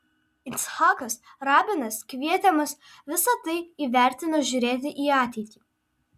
icchakas rabinas kvietė mus visa tai įvertinus žiūrėti į ateitį